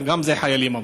גם את זה חיילים אמרו.